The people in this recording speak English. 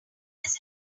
does